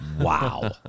wow